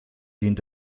dient